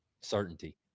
certainty